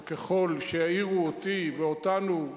וככל שיעירו אותי ואותנו,